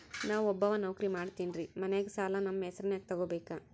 ನಾ ಒಬ್ಬವ ನೌಕ್ರಿ ಮಾಡತೆನ್ರಿ ಮನ್ಯಗ ಸಾಲಾ ನಮ್ ಹೆಸ್ರನ್ಯಾಗ ತೊಗೊಬೇಕ?